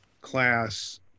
class